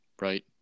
right